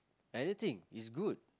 anything it's good